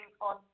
on